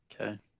Okay